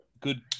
Good